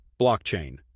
blockchain